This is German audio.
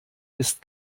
ist